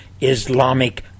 Islamic